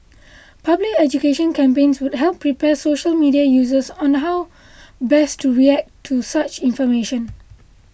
public education campaigns would help prepare social media users on how best to react to such information